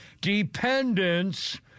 dependence